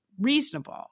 reasonable